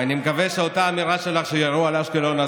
אני מקווה שאותה אמירה שלך שירו על אשקלון,